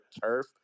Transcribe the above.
turf